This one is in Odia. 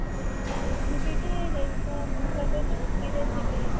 ହଁ ହଁ ବୁଝିଲି ଯେ ହେଇତ ମୁଁ ତ ଏବେ ଛୁଟିରେ ଥିଲି